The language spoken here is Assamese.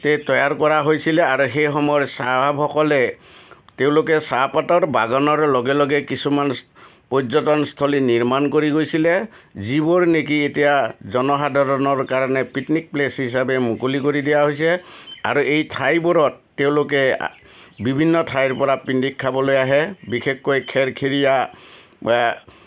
তে তৈয়াৰ কৰা হৈছিলে আৰু সেই সময়ৰ চাহাবসকলে তেওঁলোকে চাহপাতৰ বাগানৰ লগে লগে কিছুমান পৰ্যটন স্থলী নিৰ্মাণ কৰি গৈছিলে যিবোৰ নেকি এতিয়া জনসাধাৰণৰ কাৰণে পিকনিক প্লেচ হিচাপে মুকলি কৰি দিয়া হৈছে আৰু এই ঠাইবোৰত তেওঁলোকে বিভিন্ন ঠাইৰপৰা পিটনিক খাবলৈ আহে বিশেষকৈ খেৰখেৰীয়া